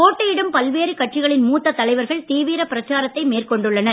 போட்டியிடும் பல்வேறு கட்சிகளின் மூத்த தலைவர்கள் தீவிர பிரச்சாரத்தை மேற்கொண்டுள்ளனர்